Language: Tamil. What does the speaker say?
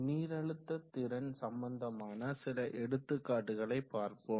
நீரழுத்த திறன் சம்பந்தமான சில எடுத்துக்காட்டுகளை பார்ப்போம்